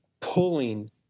pulling